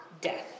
death